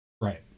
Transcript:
Right